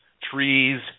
trees